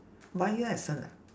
bio essence ah